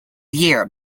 year